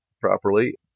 properly